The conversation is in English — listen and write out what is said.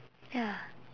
ya